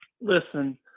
Listen